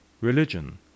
Religion